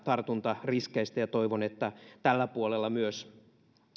tartuntariskeistä ja toivon että myös tällä puolella